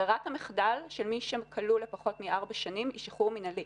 ברירת המחדל שמי שכלוא פחות מארבע שנים היא שחרור מינהלי.